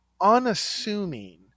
unassuming